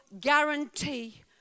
guarantee